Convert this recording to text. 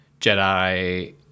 Jedi